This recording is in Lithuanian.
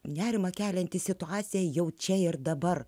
nerimą kelianti situacija jau čia ir dabar